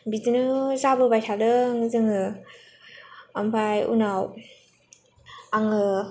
बिदिनो जाबोबाय थादों जोङो ओमफ्राय उनाव आङो